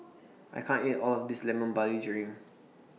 I can't eat All of This Lemon Barley Drink